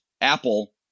apple